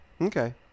Okay